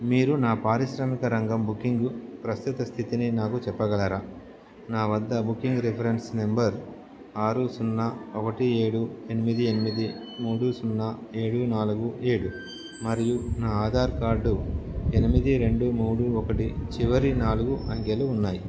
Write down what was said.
మీరు నా పారిశ్రామిక రంగం బుకింగు ప్రస్తుత స్థితిని నాకు చెప్పగలరా నా వద్ద బుకింగు రిఫరెన్స్ నెంబర్ ఆరు సున్నా ఒకటి ఏడు ఎనిమిది ఎనిమిది మూడు సున్నా ఏడు నాలుగు ఏడు మరియు నా ఆధార్ కార్డు ఎనిమిది రెండు మూడు ఒకటి చివరి నాలుగు అంకెలు ఉన్నాయి